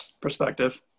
perspective